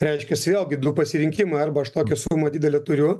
reiškiasi vėlgi du pasirinkimai arba aš tokią sumą didelę turiu